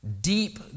Deep